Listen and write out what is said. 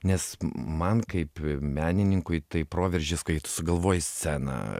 nes man kaip menininkui tai proveržis kai tu sugalvoji sceną